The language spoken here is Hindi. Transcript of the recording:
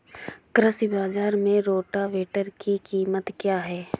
कृषि बाजार में रोटावेटर की कीमत क्या है?